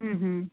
ம்ஹூம்